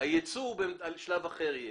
היצוא יהיה בשלב אחר.